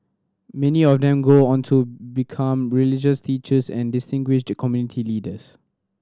many of them go on to become religious teachers and distinguished community leaders